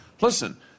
Listen